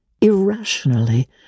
irrationally